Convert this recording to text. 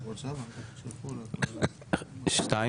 ארבעה.